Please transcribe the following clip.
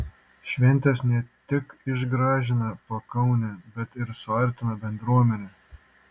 šventės ne tik išgražina pakaunę bet ir suartina bendruomenę